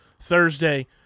Thursday